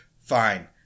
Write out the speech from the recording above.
fine